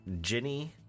Jenny